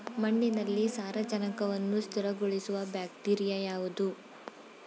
ಮಣ್ಣಿನಲ್ಲಿ ಸಾರಜನಕವನ್ನು ಸ್ಥಿರಗೊಳಿಸುವ ಬ್ಯಾಕ್ಟೀರಿಯಾ ಯಾವುದು?